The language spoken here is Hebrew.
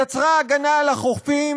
יצרה הגנה על החופים,